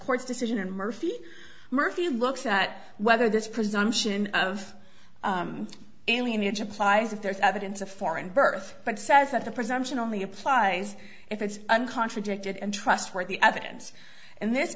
court's decision and murphy murphy looks at whether this presumption of image applies if there's evidence of foreign birth but says that the presumption only applies if it's uncontroverted and trustworthy evidence in this